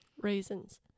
Raisins